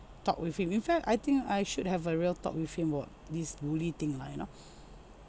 talk with him in fact I think I should have a real talk with him about this bully thing lah you know